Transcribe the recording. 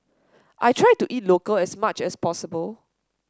I try to eat local as much as possible